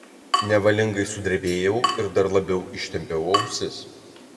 nevalingai sudrebėjau ir dar labiau ištempiau ausis